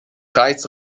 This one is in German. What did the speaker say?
kreis